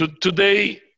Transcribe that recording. today